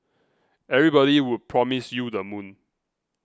everybody would promise you the moon